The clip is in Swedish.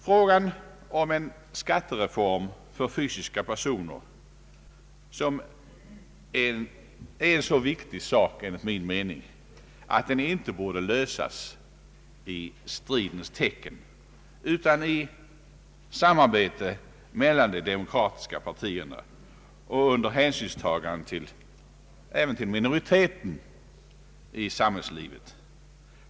Frågan om en skattereform för fysiska personer är enligt min mening så viktig att den inte bör lösas i stridens tecken utan i samarbete mellan de demokratiska partierna och under hänsynstagande även till minoriteten i samhällslivet.